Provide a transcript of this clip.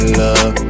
love